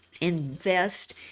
invest